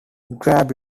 grab